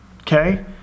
Okay